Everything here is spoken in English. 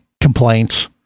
complaints